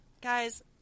guys